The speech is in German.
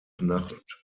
nacht